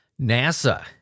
NASA